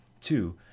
Two